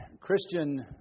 Christian